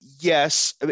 Yes